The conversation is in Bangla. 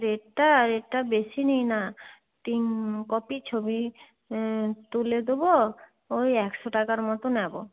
রেটটা রেটটা বেশি নিই না তিন কপি ছবি তুলে দেবো ওই একশো টাকার মতো নেব